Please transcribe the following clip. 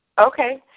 Okay